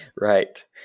Right